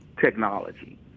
technology